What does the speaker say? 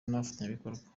n’abafatanyabikorwa